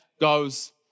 goes